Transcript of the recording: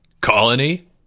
colony